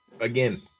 again